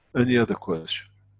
any other question,